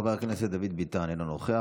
חבר הכנסת דוד ביטן, אינו נוכח.